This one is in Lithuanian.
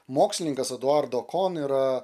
mokslininkas eduardo kon yra